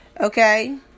Okay